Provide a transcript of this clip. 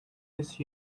face